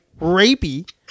rapey